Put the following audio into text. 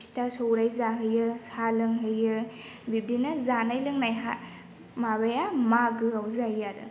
फिथा सौराइ जाहोयो साहा लोंहोयो बिब्दिनो जानाय लोंनाय हा माबाया मागोआव जायो आरो